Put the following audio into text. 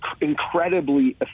incredibly